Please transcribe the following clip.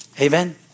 Amen